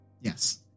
yes